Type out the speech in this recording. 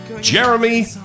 Jeremy